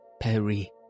Perry